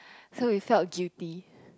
so we felt guilty